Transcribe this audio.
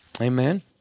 Amen